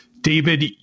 David